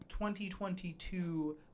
2022